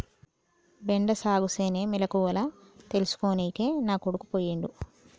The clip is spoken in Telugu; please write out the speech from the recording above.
బెండ సాగుసేనే మెలకువల తెల్సుకోనికే నా కొడుకు పోయిండు